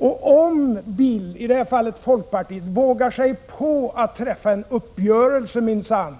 Och om Bill, i det här fallet folkpartiet, vågar sig på att träffa en uppgörelse, minsann,